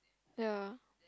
ya